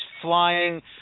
flying